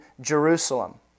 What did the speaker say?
Jerusalem